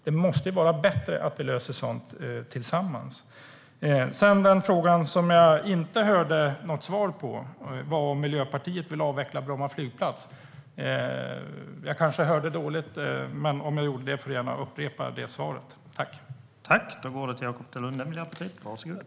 Det måste ju vara bättre att vi löser sådant tillsammans. Den fråga som jag inte hörde något svar på var den om Miljöpartiet vill avveckla Bromma flygplats. Jag kanske hörde dåligt. Om jag gjorde det får Jakop Dalunde gärna upprepa svaret.